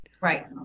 Right